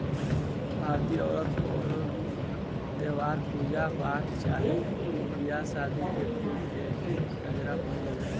भारतीय औरत कवनो भी त्यौहार, पूजा पाठ चाहे बियाह शादी में फुल के गजरा पहिने ली सन